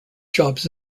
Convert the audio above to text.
jobs